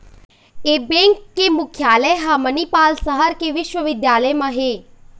ए bank के मुख्यालय ह मनिपाल सहर के बिस्वबिद्यालय म हे